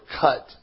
cut